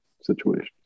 situation